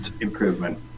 improvement